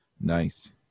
nice